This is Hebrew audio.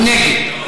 הוא נגד.